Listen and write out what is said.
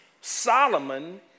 Solomon